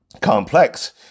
complex